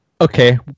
Okay